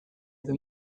edo